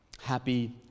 Happy